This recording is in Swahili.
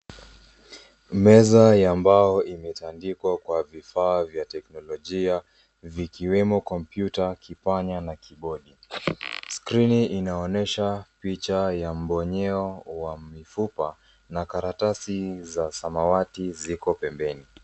Meza ya mbao imetandikwa kwa vifaa vya teknolojia vikiwemo kompyuta, kipanya na kibodi. Skrini inaonyesha picha ya mbonyeo wa mifupa na karatasi za samawati ziko pembeni.